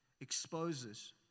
exposes